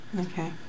Okay